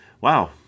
Wow